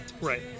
Right